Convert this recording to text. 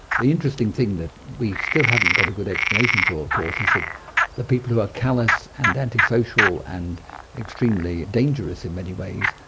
the interesting thing that we still haven't got a good explanation for of course is the people who are callous and antisocial and extremely dangerous in many ways,